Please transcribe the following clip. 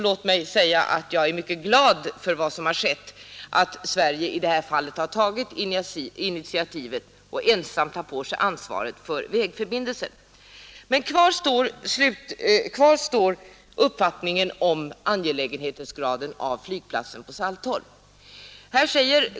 Låt mig säga att jag är mycket glad för att Sverige i det här fallet tagit initiativet och ensamt tar på sig ansvaret för vägförbindelsen. Kvar står uppfattningen om angelägenhetsgraden av flygplatsen på Saltholm.